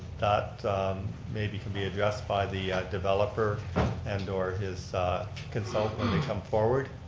that maybe can be addressed by the developer and or is consultant they come forward.